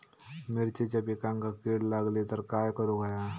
मिरचीच्या पिकांक कीड लागली तर काय करुक होया?